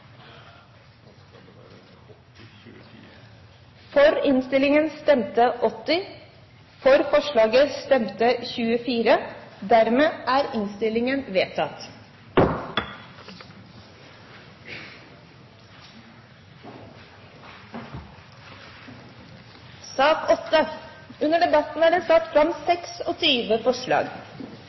for innstillingen. Dermed er innstillingen bifalt med 80 stemmer, og forslaget fikk 24 stemmer. Under debatten er det satt fram 26 forslag.